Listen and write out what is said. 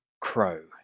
Crow